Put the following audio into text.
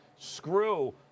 screw